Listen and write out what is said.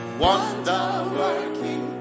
wonder-working